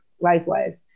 Likewise